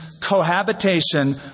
cohabitation